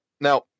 now